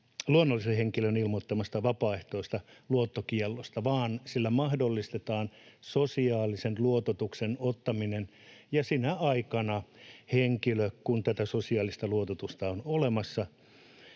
luonnollisen henkilön ilmoittamasta vapaaehtoisesta luottokiellosta ei tule sellaista yleistä häpeärekisteriä vaan että sillä mahdollistetaan sosiaalisen luototuksen ottaminen, ja sinä aikana, kun tätä sosiaalista luototusta on olemassa,